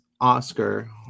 Oscar